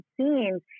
scenes